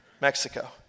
Mexico